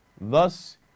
Thus